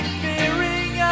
fearing